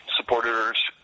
supporters